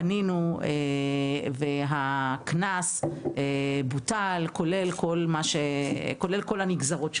פנינו והקנס בוטל כולל כל הנגזרות שלו.